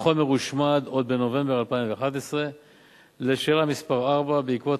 החומר הושמד עוד בנובמבר 2011. לשאלה 4: בעקבות